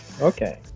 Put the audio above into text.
Okay